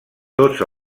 tots